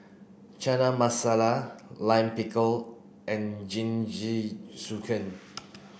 Chana Masala Lime Pickle and Jingisukan